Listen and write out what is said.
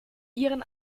ihren